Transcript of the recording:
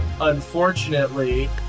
unfortunately